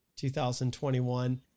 2021